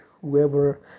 whoever